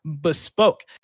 bespoke